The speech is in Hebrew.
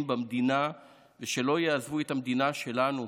במדינה ושלא יעזבו את המדינה שלנו,